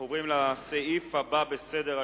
חברים, אנחנו עוברים לסעיף הבא בסדר-היום: